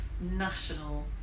national